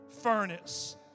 furnace